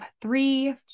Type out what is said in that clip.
three